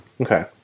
Okay